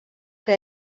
que